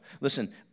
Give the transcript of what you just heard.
Listen